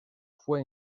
fue